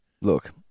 Look